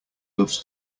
loves